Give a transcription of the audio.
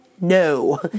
no